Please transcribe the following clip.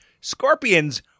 scorpions